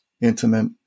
intimate